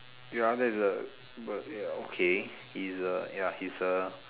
ya there's a but ya okay he's a ya he's a